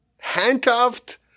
handcuffed